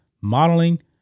modeling